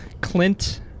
Clint